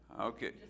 Okay